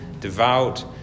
devout